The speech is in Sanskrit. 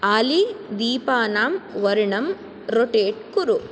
आली दीपानां वर्णं रोटेट् कुरु